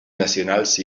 nacionals